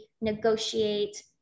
negotiate